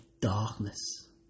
darkness